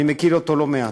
אני מכיר אותו לא מעט.